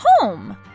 home